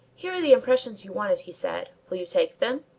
here are the impressions you wanted, he said. will you take them?